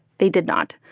they did not.